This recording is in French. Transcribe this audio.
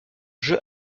jeu